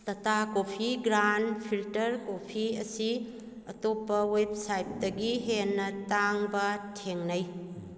ꯇꯇꯥ coffee grand filter coffee ꯑꯁꯤ ꯑꯇꯣꯞꯄ ꯋꯦꯞꯁꯥꯏꯠꯇꯒꯤ ꯍꯦꯟꯅ ꯇꯥꯡꯕ ꯊꯦꯡꯅꯩ